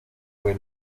fue